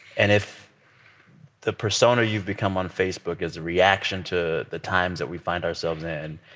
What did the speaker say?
and if the persona you've become on facebook is a reaction to the times that we find ourselves in,